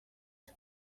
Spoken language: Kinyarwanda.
cyo